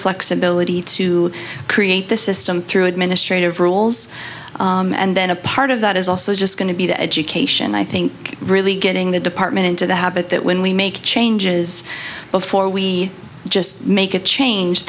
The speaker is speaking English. flexibility to create the system through administrative rules and then a part of that is also just going to be the education i think really getting the department into the habit that when we make changes before we just make a change